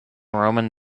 roman